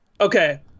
Okay